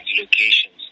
locations